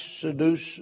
seduce